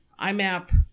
IMAP